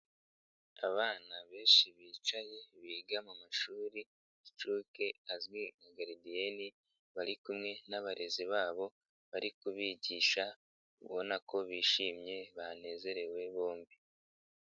Abana benshi bicaye, biga mu mashuri inshuke, azwi nka garidiyene, bari kumwe n'abarezi babo, bari kubigisha, ubona ko bishimye banezerewe bombi.